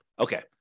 Okay